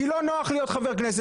כי לא נוח להיות חבר כנסת,